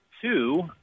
two